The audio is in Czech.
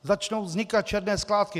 Začnou vznikat černé skládky.